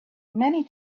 many